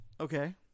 Okay